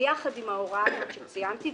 ביחד עם ההוראה הזאת שציינתי,